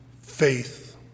faith